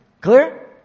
Clear